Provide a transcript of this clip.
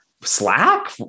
Slack